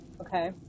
okay